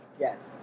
Yes